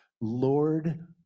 Lord